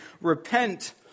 repent